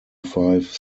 five